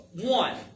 one